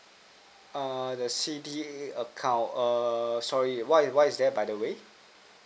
err the C_D_A account err sorry what is what is that by the way